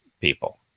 people